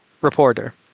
reporter